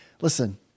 listen